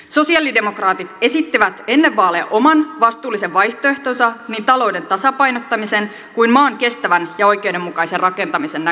sosialidemokraatit esittivät ennen vaaleja oman vastuullisen vaihtoehtonsa niin talouden tasapainottamisen kuin maan kestävän ja oikeudenmukaisen rakentamisen näkökulmasta